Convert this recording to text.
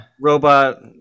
robot